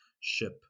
ship